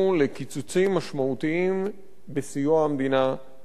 לקיצוצים משמעותיים בסיוע המדינה להן.